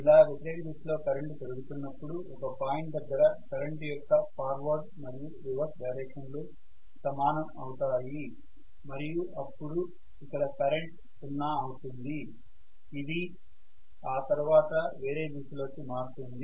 ఇలా వ్యతిరేక దిశలో కరెంటు పెరుగుతున్నపుడు ఒక పాయింట్ దగ్గర కరెంటు యొక్క ఫార్వర్డ్ మరియు రివర్స్ డైరెక్షన్ లు సమానం అవుతాయి మరియు అప్పుడు ఇక్కడ కరెంటు 0 అవుతుంది ఇది ఆ తర్వాత వేరే దిశలోకి మారుతుంది